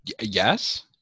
Yes